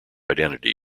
identity